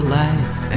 life